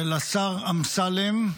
השר אמסלם,